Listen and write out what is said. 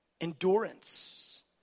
Endurance